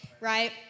right